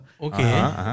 Okay